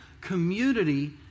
community